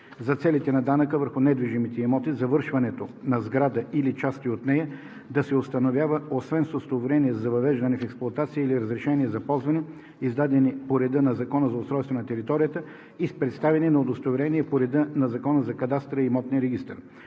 за целите на данъка върху недвижимите имоти, завършването на сграда или части от нея да се установява освен с удостоверение за въвеждане в експлоатация или разрешение за ползване, издадени по реда на Закона за устройство на територията, и с представяне на удостоверение по реда на Закона за кадастъра и имотния регистър.